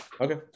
Okay